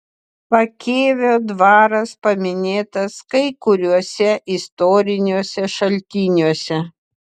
pakėvio dvaras paminėtas kai kuriuose istoriniuose šaltiniuose